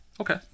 Okay